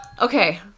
Okay